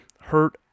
hurt